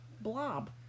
blob